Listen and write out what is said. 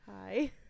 hi